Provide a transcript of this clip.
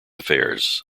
affairs